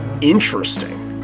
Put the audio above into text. interesting